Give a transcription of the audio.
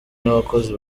n’abakozi